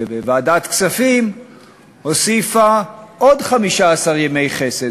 וועדת הכספים הוסיפה עוד 15 ימי חסד.